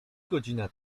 godzina